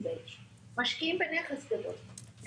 שמשקיעים בנכס גדול ו